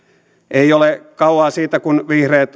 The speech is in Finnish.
ei ole kauan siitä kun vihreät